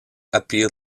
appeal